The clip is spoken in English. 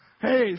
Hey